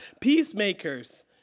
Peacemakers